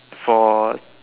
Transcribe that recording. for